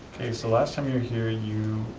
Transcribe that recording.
the last time you were here you